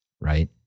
right